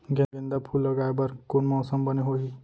गेंदा फूल लगाए बर कोन मौसम बने होही?